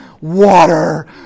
water